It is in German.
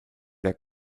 der